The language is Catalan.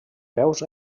peus